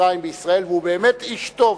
מצרים בישראל, והוא באמת איש טוב,